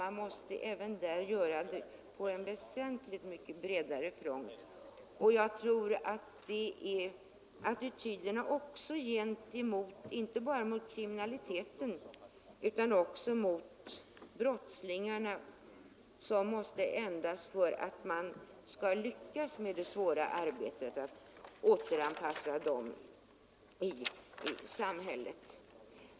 Man måste även där handla på en väsentligt bredare front. Jag tror att det är attityderna inte bara mot kriminaliteten utan också mot brottslingarna som måste ändras för att man skall lyckas i det svåra arbetet med återanpassningen till samhället.